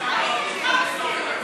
דרום תל-אביב?